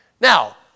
Now